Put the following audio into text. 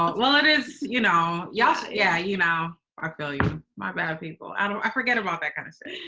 um well it is, you know yeah yeah. you know, i feel you. my bad people, and um i forget about that kind of shit.